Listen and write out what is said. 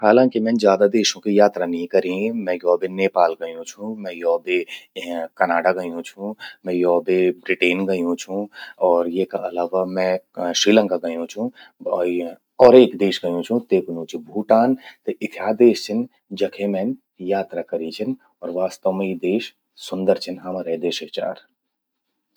हालांकि मैन ज्यादा देशों कि यात्रा नी कर्यीं। मैं यो बे नेपाल गयूं छूं। मैं यो बे कनाडा गयूं छूं। मैं यो बे ब्रिटेन गयू छूं। और येका अलावा मैं श्रीलंका गयूं छूं। और एक देश गयूं छूं तेकू नूं चि भूटान। त इथ्या देश छिन, जखे मैन यात्रा कर्यीं छिन। और वास्तव मां यि देश सुंदर छिन हमरै देशे चार।